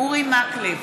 אורי מקלב,